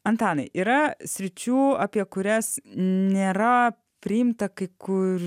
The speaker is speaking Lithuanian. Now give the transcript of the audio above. antanai yra sričių apie kurias nėra priimta kai kur